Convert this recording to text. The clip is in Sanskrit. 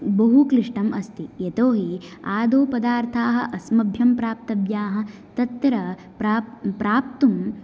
बहु क्लिष्टम् अस्ति यतोहि आदौ पर्दाथाः अस्मभ्यं प्राप्तव्याः तत्र प्राप् प्राप्तुं